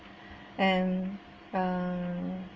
and um